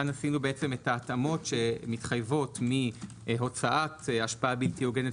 כאן עשינו את ההתאמות שמתחייבות מהוצאת השפעה בלתי הוגנת,